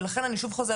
שוב,